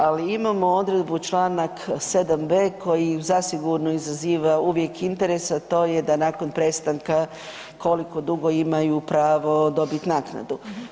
Ali imamo odredbu Članak 7b. koji zasigurno izaziva uvijek interes, a to je da nakon prestanka koliko dugo imaju pravo dobiti naknadu.